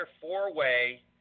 four-way